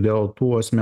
dėl tų asme